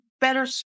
better